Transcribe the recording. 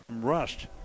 rust